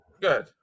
good